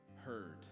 heard